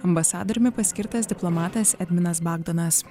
ambasadoriumi paskirtas diplomatas edvinas bagdonas